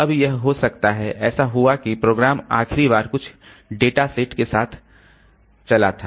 अब यह हो सकता है ऐसा हुआ कि प्रोग्राम आखिरी बार कुछ डेटा सेट के साथ था चला था